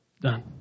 done